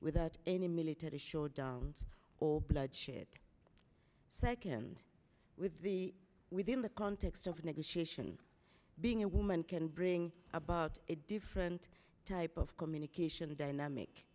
without any military showdown or bloodshed second with the within the context of negotiation being a woman can bring about a different type of communication dynamic